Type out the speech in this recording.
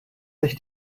sich